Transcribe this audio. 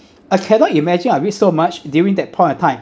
I cannot imagine I read so much during that point of time